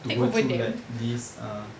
to go through like this uh